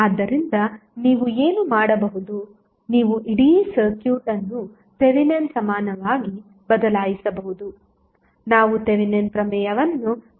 ಆದ್ದರಿಂದ ನೀವು ಏನು ಮಾಡಬಹುದು ನೀವು ಇಡೀ ಸರ್ಕ್ಯೂಟ್ ಅನ್ನು ಥೆವೆನಿನ್ ಸಮಾನವಾಗಿ ಬದಲಾಯಿಸಬಹುದು ನಾವು ಥೆವೆನಿನ್ ಪ್ರಮೇಯವನ್ನು ಚರ್ಚಿಸುವಾಗ ನಾವು ಚರ್ಚಿಸುತ್ತೇವೆ